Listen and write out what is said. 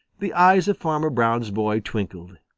the eyes of farmer brown's boy twinkled.